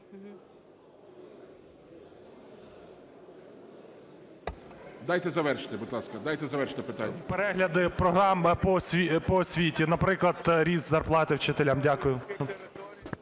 Дайте завершити, будь ласка. дайте завершити питання. ЦАБАЛЬ В.В. … перегляди програми по освіті, наприклад, ріст зарплати вчителям? Дякую.